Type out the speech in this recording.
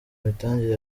imitangire